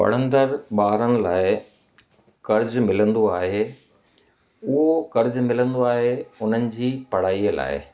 पढ़ंदड़ ॿारनि लाइ कर्ज़ु मिलंदो आहे उहो कर्ज़ु मिलंदो आहे उन्हनि जी पढ़ाईअ लाइ